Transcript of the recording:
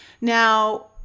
Now